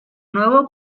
nuevo